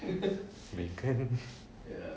vegan